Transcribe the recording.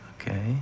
Okay